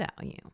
value